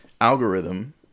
algorithm